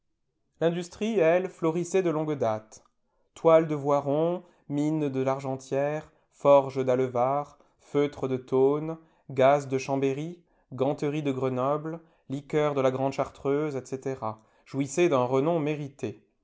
l'industrie elle florissait de longue date toiles de voiron mines de largentière forges d'allevard feutres de thônes gazes de chambéry ganterie de grenoble liqueurs de la grande chartreuse etc jouissaient d'un renom mérité